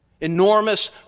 Enormous